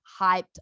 hyped